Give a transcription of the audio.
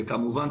וכמובן,